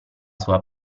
sua